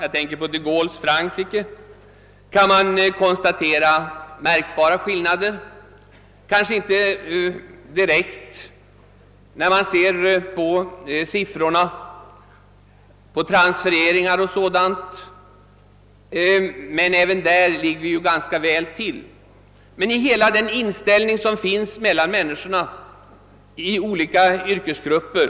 I t.ex. de Gaulles Frankrike är skillnaderna märkbara, både direkt när man ser på siffrorna för transfereringar o.d. och även när man ser på hela den inställning, som människor visar mot andra yrkesgrupper.